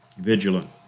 Vigilant